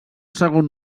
segon